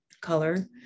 color